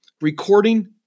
recording